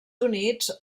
units